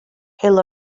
hill